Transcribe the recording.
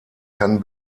kann